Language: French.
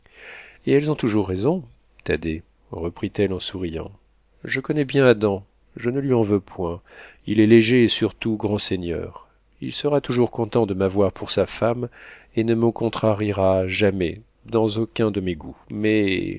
et elles ont toujours raison thaddée reprit-elle en souriant je connais bien adam je ne lui en veux point il est léger et surtout grand seigneur il sera toujours content de m'avoir pour sa femme et ne me contrariera jamais dans aucun de mes goûts mais